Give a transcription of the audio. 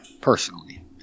Personally